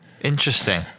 Interesting